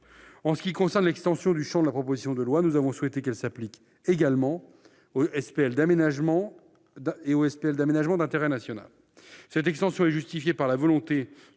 En ce qui concerne l'extension du champ de la proposition de loi, nous avons souhaité que celle-ci s'applique aussi aux SPL d'aménagement et aux SPL d'aménagement d'intérêt national. Cette extension est justifiée par la volonté